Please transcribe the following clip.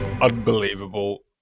Unbelievable